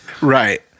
Right